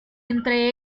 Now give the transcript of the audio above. entre